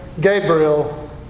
Gabriel